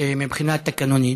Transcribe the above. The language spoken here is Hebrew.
מבחינה תקנונית,